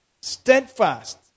Steadfast